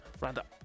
Roundup